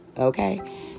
Okay